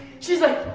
she's like,